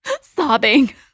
sobbing